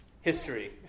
History